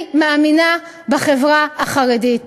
אני מאמינה בחברה החרדית.